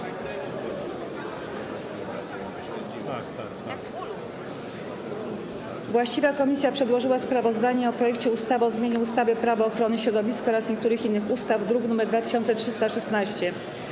Właściwa komisja przedłożyła sprawozdanie o projekcie ustawy o zmianie ustawy - Prawo ochrony środowiska oraz niektórych innych ustaw, druk nr 2316.